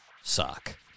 Suck